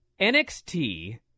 NXT